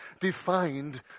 defined